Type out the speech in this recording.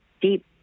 deep